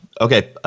Okay